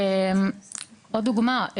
עוד דוגמא,